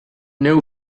neu